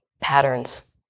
patterns